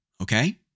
okay